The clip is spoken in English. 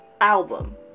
album